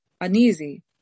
uneasy